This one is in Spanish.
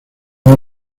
muy